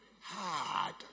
Hard